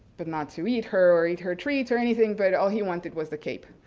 but not to eat her or eat her treats or anything, but all he wanted was the cape.